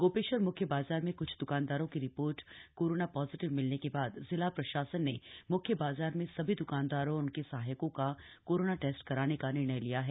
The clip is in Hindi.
गो श्वर म्ख्य बाजार में क्छ द्कानदारों की रि ोर्ट कोरोना ॉजिटिव मिलने के बाद जिला प्रशासन ने मुख्य बाजार में सभी दुकानदारों और उनके सहायकों का कोरोना टेस्ट कराने का फैसला किया है